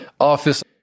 office